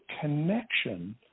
connection